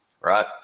right